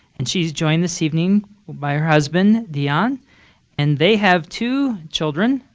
and she's joined this evening by her husband, dion. and they have two children.